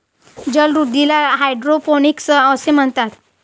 जलवृद्धीला हायड्रोपोनिक्स असे म्हणतात